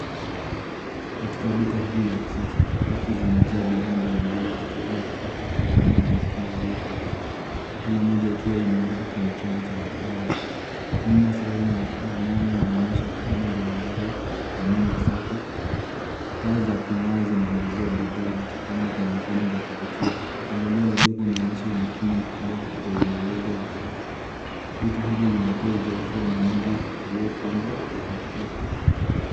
Katika duka hili la kisasa, rafu zimejaa bidhaa mbalimbali vikiwemo nafaka, karanga na matunda yaliyokaushwa. Kila moja ikiwa imewekwa kwenye chombo cha wazi. Nyuma sehemu na nyama inaonyesha aina mbalimbali za nyama safi. Taa za kung'aa zinaingizia bidhaa zikifanya zionekane za kuvutia. Mpangilio wa duka unaonyesha umakini mkubwa kwa umalizo wa usafi. Duka hili linatoa uzoefu wa ununuzi uliopangwa na rahisi .